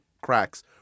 cracks